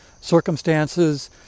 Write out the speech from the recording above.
circumstances